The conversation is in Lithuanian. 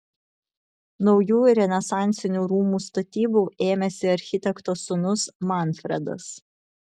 naujų renesansinių rūmų statybų ėmėsi architekto sūnus manfredas